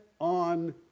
on